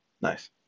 Nice